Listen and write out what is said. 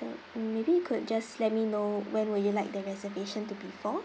so maybe you could just let me know when will you like the reservation to be for